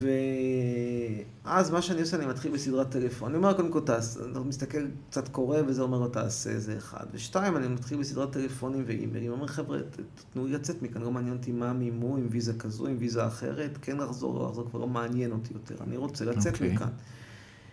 ואז מה שאני עושה, אני מתחיל בסדרת טלפון. אני אומר, קודם כל, אתה מסתכל קצת קורא, וזה אומר לו, תעשה איזה אחד. ושתיים, אני מתחיל בסדרת טלפונים ואיימילים. אומרים לי, חבר'ה, תתנו לי לצאת מכאן. לא מעניינתי מה מי מו, עם ויזה כזו, עם ויזה אחרת. כן, אחזור, לא אחזור כבר לא מעניין אותי יותר. אני רוצה לצאת מכאן.